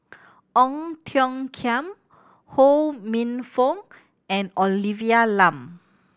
Ong Tiong Khiam Ho Minfong and Olivia Lum